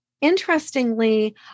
Interestingly